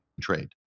trade